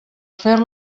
fer